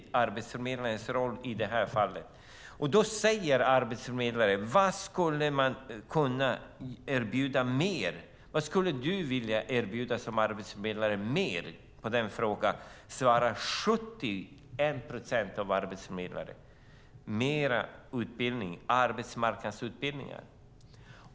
Av arbetsförmedlare som har fått frågan vad de skulle vilja erbjuda mer svarade 71 procent att de vill kunna erbjuda mer arbetsmarknadsutbildningar.